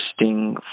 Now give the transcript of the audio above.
interesting